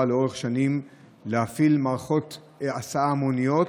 לאורך שנים להפעיל מערכות הסעה המוניות,